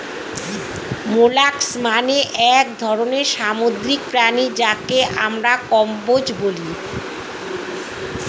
molluscs মানে এক ধরনের সামুদ্রিক প্রাণী যাকে আমরা কম্বোজ বলি